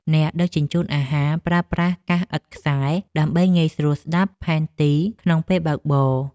អ្នកដឹកជញ្ជូនអាហារប្រើប្រាស់កាសឥតខ្សែ ដើម្បីងាយស្រួលស្ដាប់ផែនទីក្នុងពេលបើកបរ។